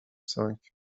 cinq